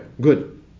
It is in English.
good